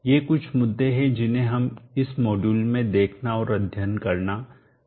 ये कुछ मुद्दे हैं जिन्हें हम इस मॉड्यूल में देखना और अध्ययन करना चाहते हैं